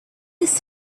his